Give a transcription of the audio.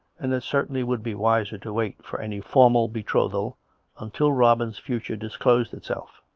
and it certainly would be wiser to wait for any formal betrothal until robin's future disclosed itself.